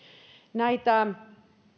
näitä